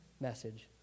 message